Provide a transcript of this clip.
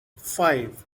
five